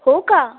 हो का